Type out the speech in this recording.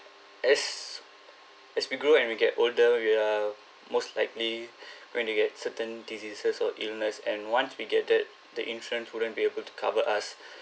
as as we grow and we get older we are most likely when you get certain diseases or illness and once we get that the insurance wouldn't be able to cover us